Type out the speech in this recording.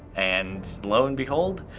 and lo and behold,